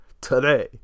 today